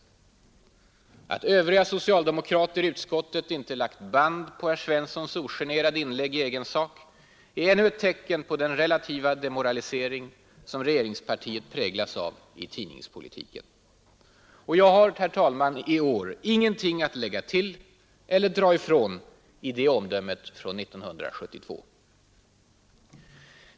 Att övriga socialdemokrater i utskottet inte lagt band på herr Svenssons ogenerade inlägg i egen sak är ännu ett tecken på den relativa demoralisering som regeringspartiet präglas av i tidningspolitiken.” Jag har i år ingenting att lägga till eller dra ifrån i det omdömet från 1972.